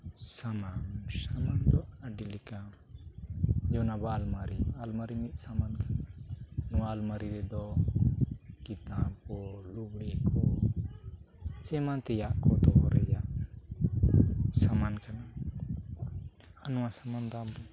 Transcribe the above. ᱥᱟᱱᱟᱢ ᱥᱟᱢᱟᱱ ᱫᱚ ᱟᱹᱰᱤ ᱞᱮᱠᱟ ᱡᱮᱢᱚᱱ ᱟᱵᱚᱣᱟᱜ ᱟᱞᱢᱟᱨᱤ ᱟᱞᱢᱟᱨᱤ ᱢᱤᱫ ᱥᱟᱢᱟᱱ ᱠᱟᱱᱟ ᱱᱚᱣᱟ ᱟᱞᱢᱟᱨᱤ ᱨᱮᱫᱚ ᱠᱤᱛᱟᱵᱽ ᱠᱚ ᱞᱩᱜᱽᱲᱤ ᱠᱚ ᱥᱮ ᱮᱢᱟᱱ ᱛᱮᱭᱟᱜ ᱠᱚ ᱫᱚᱦᱚ ᱨᱮᱭᱟᱜ ᱥᱟᱢᱟᱱ ᱠᱟᱱᱟ ᱟᱨ ᱱᱚᱣᱟ ᱥᱟᱢᱟᱱ ᱫᱚ ᱟᱢ